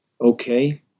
okay